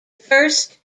first